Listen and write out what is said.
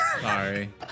Sorry